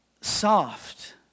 soft